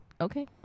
Okay